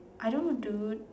I don't know dude